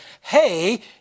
hey